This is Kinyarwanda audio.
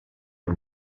w’u